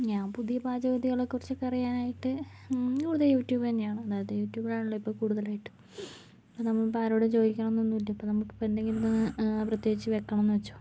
ഞാൻ പുതിയ പാചകവിധികളെക്കുറിച്ചൊക്കെ അറിയാനായിട്ട് ഞാൻ കൂടുതലും യൂട്യൂബ് തന്നെയാണ് അതായത് യൂട്യൂബിൽ ആണല്ലോ ഇപ്പോൾ കൂടുതലായിട്ടും നമ്മൾ ഇപ്പോൾ ആരോടും ചോദിക്കണമെന്നൊന്നുമില്ല ഇപ്പോൾ നമുക്കിപ്പോൾ എന്തെങ്കിലും പ്രത്യേകിച്ച് വയ്ക്കണമെന്ന് വെച്ചോ